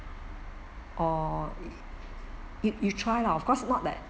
or you you try lah of course not that